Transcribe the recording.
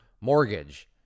mortgage